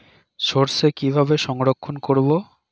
সরষে কিভাবে সংরক্ষণ করব?